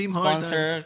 sponsor